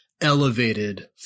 elevated